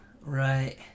right